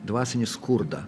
dvasinį skurdą